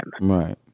Right